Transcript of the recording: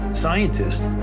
scientists